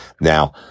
Now